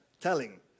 telling